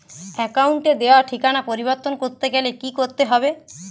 অ্যাকাউন্টে দেওয়া ঠিকানা পরিবর্তন করতে গেলে কি করতে হবে?